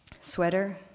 sweater